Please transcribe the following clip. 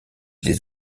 des